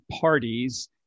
parties